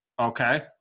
Okay